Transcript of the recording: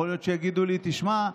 יכול להיות שיגידו לי: תשמע,